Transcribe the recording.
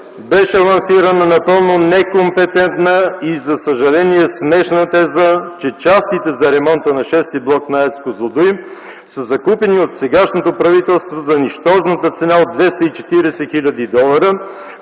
беше лансирано напълно некомпетентна и за съжаление смешна теза, че частите за ремонта на VІ блок на АЕЦ „Козлодуй” са закупени от сегашното правителство за нищожната цена от 240 хил. долара,